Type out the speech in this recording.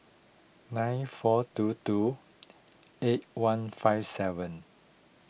nine four two two eight one five seven